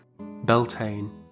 Beltane